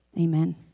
Amen